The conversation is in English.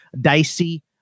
dicey